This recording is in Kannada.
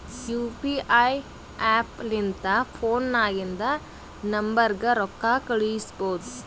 ಯು ಪಿ ಐ ಆ್ಯಪ್ ಲಿಂತ ನಮ್ ಫೋನ್ನಾಗಿಂದ ನಂಬರ್ಗ ರೊಕ್ಕಾ ಕಳುಸ್ಬೋದ್